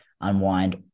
unwind